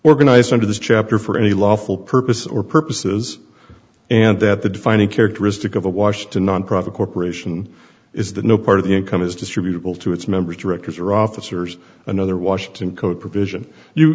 organized under this chapter for any lawful purpose or purposes and that the defining characteristic of a washed a nonprofit corporation is that no part of the income is distributable to its members directors or officers another washington code provision you